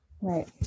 Right